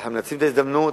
אנחנו מנצלים את ההזדמנות.